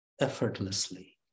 effortlessly